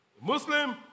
Muslim